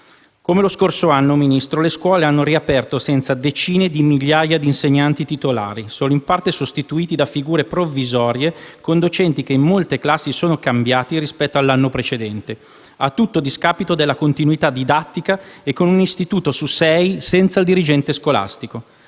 Come lo scorso anno, signor Ministro, le scuole hanno riaperto senza decine di migliaia di insegnanti titolari, solo in parte sostituiti da figure provvisorie con docenti che in molte classi sono cambiati rispetto all'anno precedente, a tutto discapito della continuità didattica, e con un istituto su sei senza dirigente scolastico.